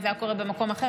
אם זה היה קורה במקום אחר,